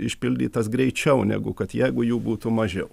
išpildytas greičiau negu kad jeigu jų būtų mažiau